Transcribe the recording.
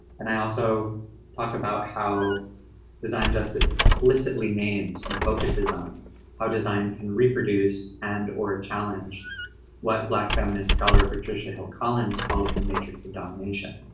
and i also talk about how design justice explicitly names and focuses on how design can reproduce and or challenge what black feminist scholar patricia hill collins calls the matrix of domination.